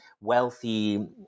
wealthy